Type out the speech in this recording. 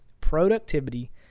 productivity